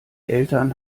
eltern